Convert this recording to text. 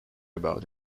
about